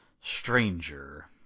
stranger